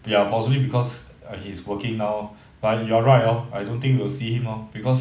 ya possibly because err he's working now lor but you're right lor I don't think we will see him lor because